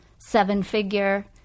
seven-figure